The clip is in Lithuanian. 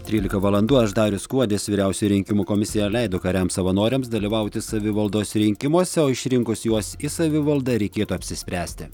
trylika valandų aš darius kuodis vyriausioji rinkimų komisija leido kariams savanoriams dalyvauti savivaldos rinkimuose o išrinkus juos į savivaldą reikėtų apsispręsti